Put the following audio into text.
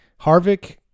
Harvick